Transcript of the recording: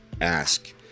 ask